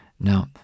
Now